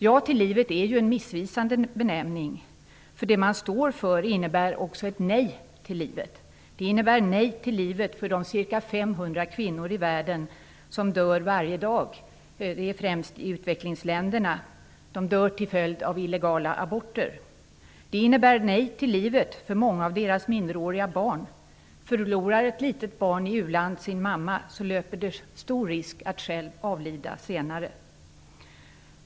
Ja till livet är en missvisande benämning. Det man står för innebär också ett nej till livet. Det innebär nej till livet för de ca 500 kvinnor i världen, främst i utvecklingsländerna, som dör varje dag. De dör till följd av illegala aborter. Det innebär ett nej till livet för många av deras minderåriga barn. Om ett litet barn i ett u-land förlorar sin mamma löper det stor risk att själv avlida senare.